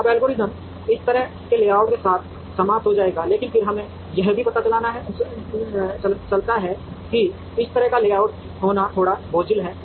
अब एल्गोरिथ्म इस तरह के लेआउट के साथ समाप्त हो जाएगा लेकिन फिर हमें यह भी पता चलता है कि इस तरह का लेआउट होना थोड़ा बोझिल है